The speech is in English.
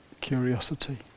curiosity